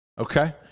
Okay